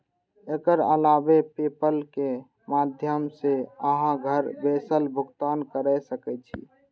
एकर अलावे पेपल के माध्यम सं अहां घर बैसल भुगतान कैर सकै छी